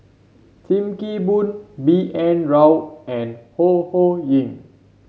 Sim Kee Boon B N Rao and Ho Ho Ying